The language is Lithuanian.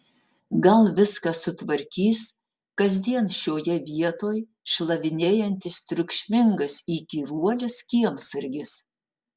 gal viską sutvarkys kasdien šioje vietoj šlavinėjantis triukšmingas įkyruolis kiemsargis